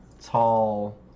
tall